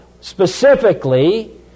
Specifically